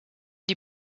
die